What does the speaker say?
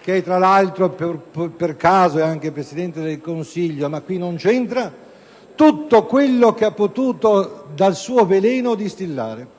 che tra l'altro, per caso, è anche Presidente del Consiglio (ma questo non c'entra), ha detto tutto quello che ha potuto dal suo veleno distillare.